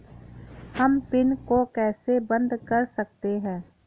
हम पिन को कैसे बंद कर सकते हैं?